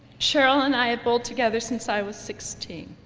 cheryl and i had bowled together since i was sixteen.